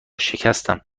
شکستم